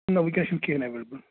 نہٕ ونکیٚنَس چھُ نہ کِہیٖنۍ ایویلیبل